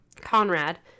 Conrad